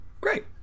great